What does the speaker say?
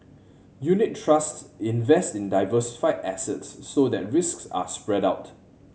unit trusts invest in diversified assets so that risks are spread out